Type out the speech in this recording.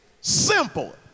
simple